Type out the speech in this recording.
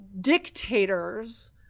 dictators